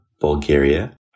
Bulgaria